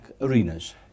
arenas